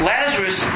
Lazarus